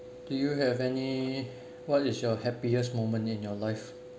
do you have any what is your happiest moment in your life